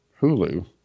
Hulu